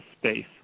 space